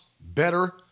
better